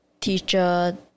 teacher